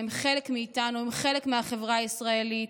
הם חלק מאיתנו, הם חלק מהחברה הישראלית.